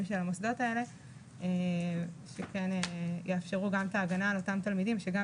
של המוסדות האלה שיאפשרו את ההגנה על אותם תלמידים שגם